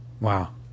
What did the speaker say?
Wow